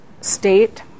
state